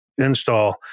install